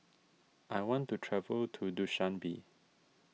I want to travel to Dushanbe